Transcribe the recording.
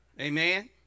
Amen